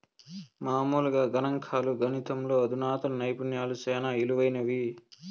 మామూలుగా గణంకాలు, గణితంలో అధునాతన నైపుణ్యాలు సేనా ఇలువైనవి